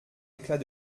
éclat